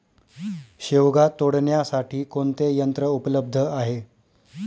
शेवगा तोडण्यासाठी कोणते यंत्र उपलब्ध आहे?